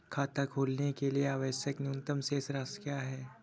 खाता खोलने के लिए आवश्यक न्यूनतम शेष राशि क्या है?